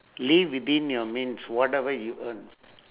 live within your means whatever you earn